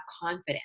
confidence